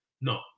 No